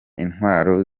intwaro